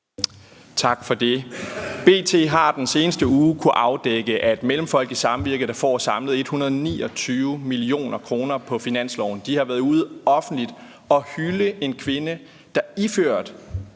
B.T. har den seneste uge kunnet afdække, at Mellemfolkeligt Samvirke, der får samlet 129 mio. kr. på finansloven, har været ude offentligt at hylde en kvinde, der iført